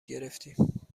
گرفتیم